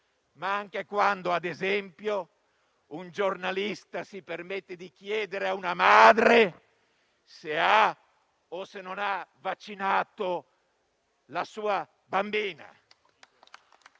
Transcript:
ma anche quando, ad esempio, un giornalista si permette di chiedere a una madre se ha o se non ha vaccinato la sua bambina